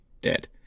dead